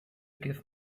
give